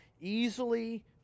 easily